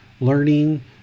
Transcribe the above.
learning